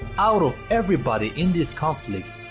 out of everybody in this conflict,